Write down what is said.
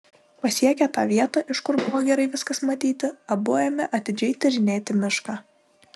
pasiekę tą vietą iš kur buvo gerai viskas matyti abu ėmė atidžiai tyrinėti mišką